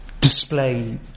display